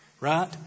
Right